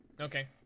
Okay